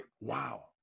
Wow